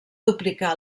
duplicar